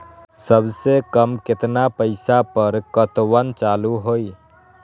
सबसे कम केतना पईसा पर खतवन चालु होई?